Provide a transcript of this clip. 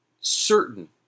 certain